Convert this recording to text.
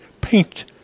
paint